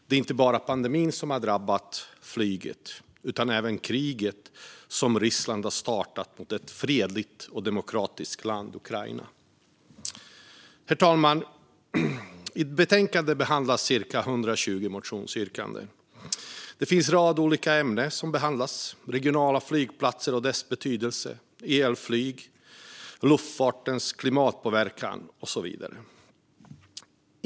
Det är inte bara pandemin som har drabbat flyget, utan även kriget som Ryssland har startat mot ett fredligt och demokratiskt land, Ukraina. Herr talman! I betänkandet behandlas cirka 120 motionsyrkanden. Det är en rad olika ämnen som behandlas: regionala flygplatser och deras betydelse, elflyg, luftfartens klimatpåverkan och så vidare.